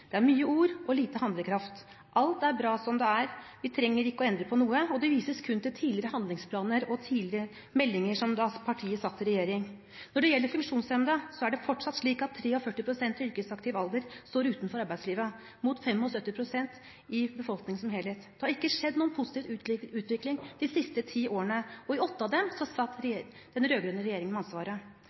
det er mye ord og lite handlekraft. Alt er bra som det er, vi trenger ikke å endre på noe, og det vises kun til tidligere handlingsplaner og tidligere meldinger fra da partiet satt i regjering. Når det gjelder funksjonshemmede, er det fortsatt slik at bare 43 pst. i yrkesaktiv alder står i arbeidslivet, mot 75 pst. i befolkningen som helhet. Det har ikke skjedd noen positiv utvikling de siste ti årene, og i åtte av dem satt den rød-grønne regjeringen med ansvaret.